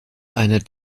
einer